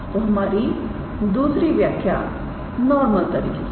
तो हमारी दूसरी व्याख्या नॉर्मल तल की है